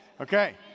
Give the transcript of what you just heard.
Okay